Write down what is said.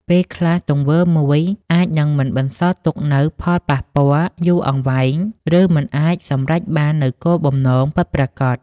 ពេលខ្លះ ទង្វើមួយអាចនឹងមិនបន្សល់ទុកនូវផលប៉ះពាល់យូរអង្វែង ឬមិនអាចសម្រេចបាននូវគោលបំណងពិតប្រាកដ។